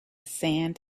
sand